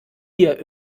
hier